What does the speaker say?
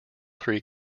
three